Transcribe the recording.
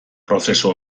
prozesu